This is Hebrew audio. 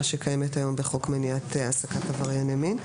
שקיימת היום בחוק מניעת העסקת עברייני מין.